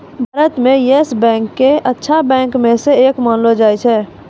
भारत म Yes Bank क अच्छा बैंक म स एक मानलो जाय छै